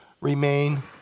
remain